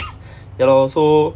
ya lor so